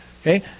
Okay